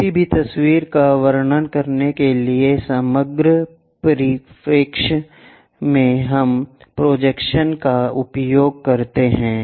किसी भी तस्वीर का वर्णन करने के लिए समग्र परिप्रेक्ष्य में हम प्रोजेक्शन्स का उपयोग करते हैं